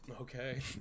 Okay